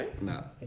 No